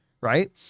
right